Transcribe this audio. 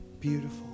Beautiful